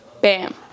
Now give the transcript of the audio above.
bam